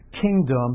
kingdom